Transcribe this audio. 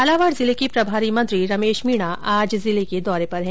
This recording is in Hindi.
झालावाड जिले के प्रभारी मंत्री रमेश मीणा आज जिले के दौरे पर हैं